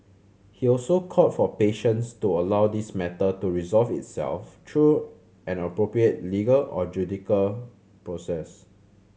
he also called for patience to allow this matter to resolve itself through an appropriate legal or judicial process